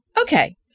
Okay